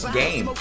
game